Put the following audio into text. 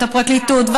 את הפרקליטות,